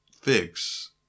fix